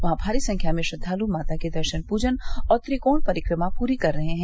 वहां भारी संख्या में श्रद्वालु माता के दर्शन पूजन और त्रिकोण परिक्रमा पूरी कर रहे हैं